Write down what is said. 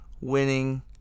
winning